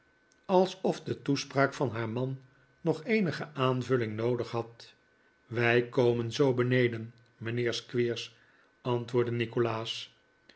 alsof de toespraak van haar man nog eenige aanvulling noodig had wij komen zoo beneden mijnheer squeers antwoordde nikolaas